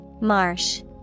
Marsh